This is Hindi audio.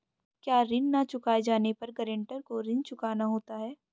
क्या ऋण न चुकाए जाने पर गरेंटर को ऋण चुकाना होता है?